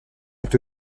est